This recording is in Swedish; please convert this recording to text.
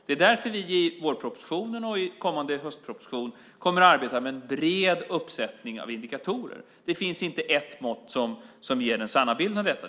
Det är därför vi i vårpropositionen och i kommande höstproposition kommer att arbeta med en bred uppsättning av indikatorer. Det finns inte ett mått som ger den sanna bilden av detta.